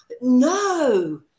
No